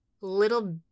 little